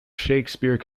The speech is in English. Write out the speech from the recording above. shakespeare